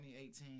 2018